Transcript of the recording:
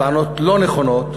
טענות לא נכונות,